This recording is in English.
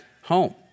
home